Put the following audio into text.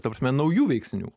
ta prasme naujų veiksnių